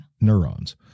Neurons